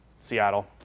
Seattle